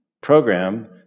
program